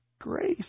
grace